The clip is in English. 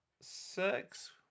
six